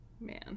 Man